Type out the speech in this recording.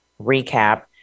recap